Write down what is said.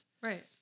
Right